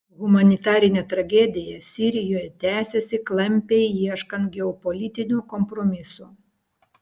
humanitarinė tragedija sirijoje tęsiasi klampiai ieškant geopolitinio kompromiso